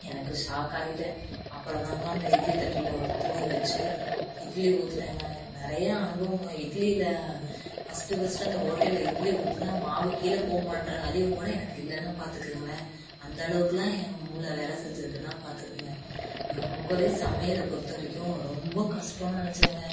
எனக்கு ஷாக் ஆகிட்டேன் அப்புறம் தாங்க அந்த இட்லி தட்டில் வந்து துணி வச்சு இட்லி ஊற்றினேங்க நிறையா அனுபவங்க இட்லியில் ஃபஸ்ட்டு ஃபஸ்ட்டு அந்த ஓட்டையில் இட்லி ஊற்றினா மாவு கீழே போகுமான்ற அறிவுங்கூட எனக்கு இல்லைனா பார்த்துக்குங்களேன் அந்த அளவுக்குலாம் என் மூளை வேலை செஞ்சிருக்குனால் பார்த்துக்குங்க நான் ரொம்பவே சமையலை பொறுத்த வரைக்கும் ரொம்ப கஷ்டோன்னு நினச்சேங்க